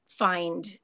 find